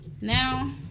now